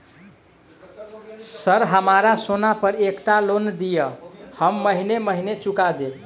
Sir हमरा सोना पर एकटा लोन दिऽ हम महीने महीने चुका देब?